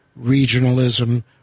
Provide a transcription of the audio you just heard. regionalism